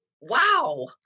wow